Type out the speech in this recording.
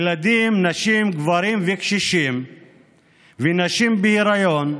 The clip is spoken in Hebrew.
ילדים, נשים, גברים, קשישים ונשים בהיריון,